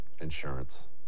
insurance